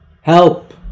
Help